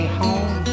home